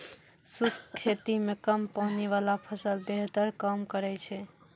शुष्क खेती मे कम पानी वाला फसल बेहतर काम करै छै